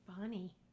Bonnie